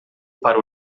para